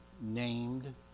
named